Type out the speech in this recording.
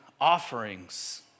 offerings